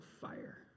fire